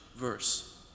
verse